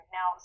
Now